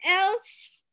else